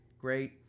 great